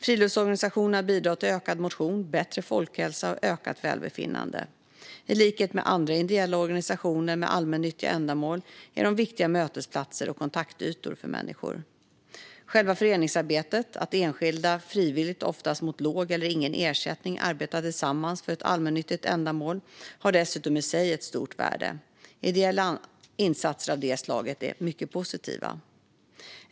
Friluftsorganisationerna bidrar till ökad motion, bättre folkhälsa och ökat välbefinnande. I likhet med andra ideella organisationer med allmännyttiga ändamål är de viktiga mötesplatser och kontaktytor för människor. Själva föreningsarbetet - att enskilda frivilligt och oftast mot låg eller ingen ersättning arbetar tillsammans för ett allmännyttigt ändamål - har dessutom i sig ett stort värde. Ideella insatser av det slaget är mycket positiva.